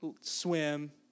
swim